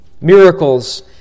miracles